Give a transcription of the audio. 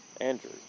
Andrew